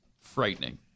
frightening